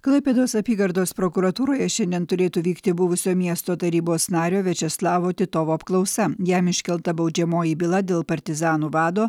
klaipėdos apygardos prokuratūroje šiandien turėtų vykti buvusio miesto tarybos nario viačeslavo titovo apklausa jam iškelta baudžiamoji byla dėl partizanų vado